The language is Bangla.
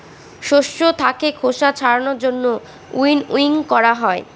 শস্য থাকে খোসা ছাড়ানোর জন্য উইনউইং করা হয়